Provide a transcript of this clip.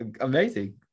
Amazing